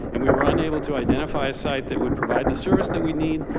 and we were unable to identify a site that would provide the service that we need,